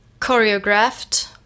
choreographed